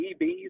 DBs